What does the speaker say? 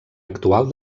actual